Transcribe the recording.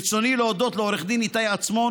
ברצוני להודות לעורך דין איתי עצמון,